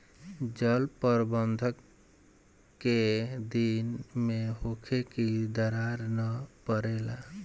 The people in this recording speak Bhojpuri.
जल प्रबंधन केय दिन में होखे कि दरार न परेला?